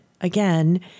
again